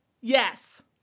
Yes